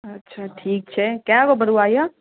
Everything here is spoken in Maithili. अच्छा ठीक छै कए गो बड़ुआ यए